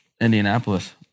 Indianapolis